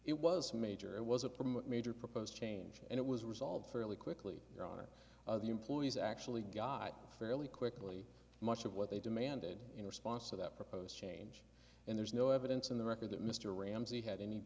it was major it was a permit major proposed change and it was resolved fairly quickly here on the employees actually got fairly quickly much of what they demanded in response to that proposed change and there's no evidence in the record that mr ramsey had any